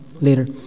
later